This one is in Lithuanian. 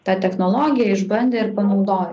tą technologiją išbandė ir panaudojo